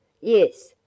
Yes